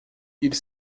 ils